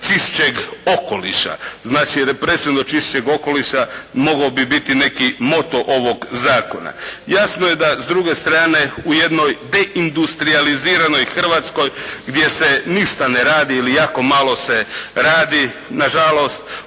čišćeg okoliša. Znači, represijom do čišćeg okoliša mogao bi biti neki moto ovog zakona. Jasno je da s druge strane u jednoj deindustrijaliziranoj Hrvatskoj gdje se ništa ne radi ili jako malo se radi nažalost